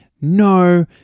no